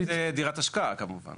אם זו דירת השקעה, כמובן.